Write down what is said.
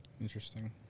interesting